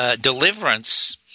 deliverance